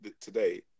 today